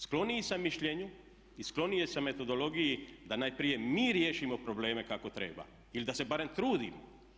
Skloniji sam mišljenju i skloniji sam metodologiji da najprije mi riješimo probleme kako treba ili da se barem trudimo.